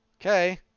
Okay